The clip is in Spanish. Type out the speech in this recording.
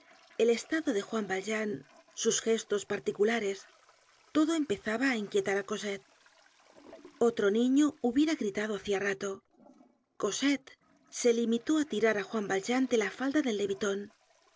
el estado de juan valjean sus gestos particulares todo empezaba a inquietar á cosette otro niño hubiera gritado hacia rato cosette se limitó i tirar á juan valjean de la falda del